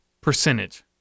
percentage